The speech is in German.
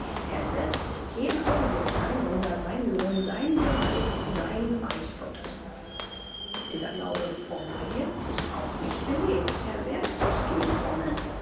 er selbst ist jeden augenblick sein wunder sein lohn sein beweis sein reich gottes dieser glaube formulirt sich auch nicht er lebt er wehrt sich gegen formeln